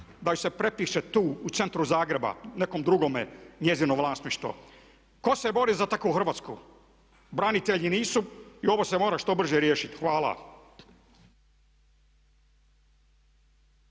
da joj se prepiše tu u centru Zagrebu, nekom drugome njezino vlasništvo. Tko se bori za takvu Hrvatsku? Branitelji nisu i ovo se mora što brže riješiti. Hvala.